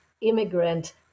immigrant